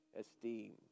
esteem